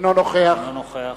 אינו נוכח